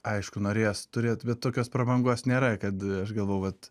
aišku norėjos turėt tokios prabangos nėra kad aš galvojau vat